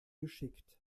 geschickt